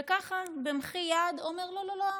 וככה, במחי יד, אומר: לא לא לא,